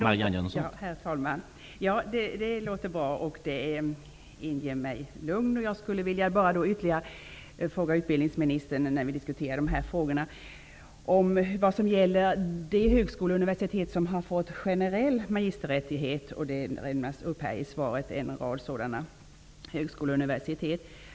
Herr talman! Det låter bra, och det inger mig lugn. Jag vill när vi diskuterar dessa frågor ställa ytterligare en fråga till utbildningsministern. Vad gäller för de högskolor och universitet som fått generell magisterrättighet? I svaret uppräknas en rad sådana högskolor och universitet.